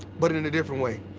but in in a different way.